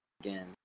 again